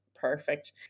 perfect